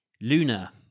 Luna